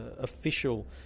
official